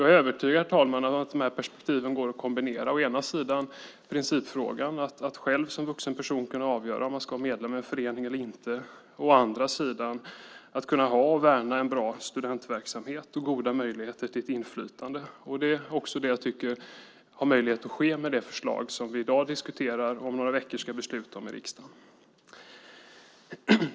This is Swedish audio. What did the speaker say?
Jag är övertygad, herr talman, om att de här perspektiven går att kombinera: å ena sidan principfrågan att själv som en vuxen person kunna avgöra om man ska vara medlem i en förening eller inte, och å andra sidan att kunna ha och värna en bra studentverksamhet och goda möjligheter till inflytande. Det är också det jag tycker har möjlighet att ske med det förslag som vi i dag diskuterar och om några veckor ska besluta om i riksdagen.